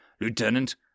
Lieutenant